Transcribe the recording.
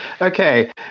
Okay